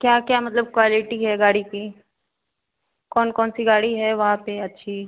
क्या क्या मतलब क्वालिटी है गाड़ी की कौन कौन सी गाड़ी है वहाँ पर अच्छी